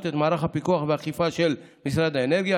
את מערך הפיקוח והאכיפה של משרד האנרגיה.